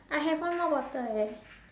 I have one more bottle eh